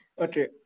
okay